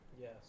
Yes